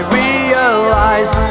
realize